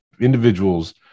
individuals